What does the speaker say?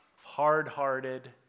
Hard-hearted